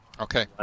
Okay